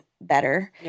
better